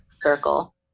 circle